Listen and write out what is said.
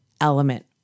Element